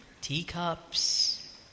teacups